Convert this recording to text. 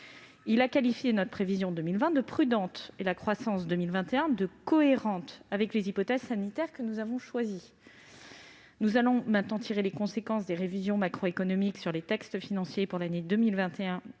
Il a qualifié notre prévision 2020 de prudente et la croissance 2021 de cohérente avec les hypothèses sanitaires que nous avons choisies. Nous allons maintenant tirer les conséquences des révisions macroéconomiques sur les textes financiers pour l'année 2021.